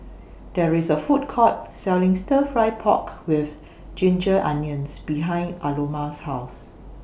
There IS A Food Court Selling Stir Fry Pork with Ginger Onions behind Aloma's House